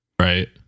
Right